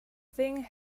thing